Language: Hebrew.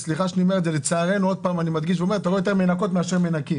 לצערנו אנחנו רואים יותר מנקות מאשר מנקים.